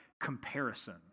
comparison